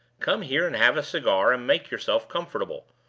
come here and have a cigar, and make yourself comfortable.